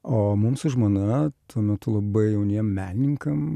o mums su žmona tuo metu labai jauniem menininkam